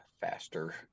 faster